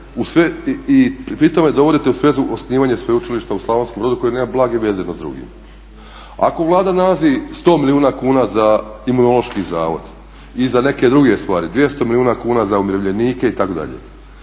i pri tome dovodite u svezu osnivanje Sveučilišta u Slavonskom Brodu koje nema blage veza jedno s drugim. Ako Vlada nalazi 100 milijuna kuna za Imunološki zavod, i za neke druge stvari, 200 milijuna kuna za umirovljenike itd.